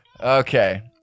Okay